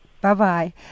Bye-bye